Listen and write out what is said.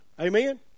amen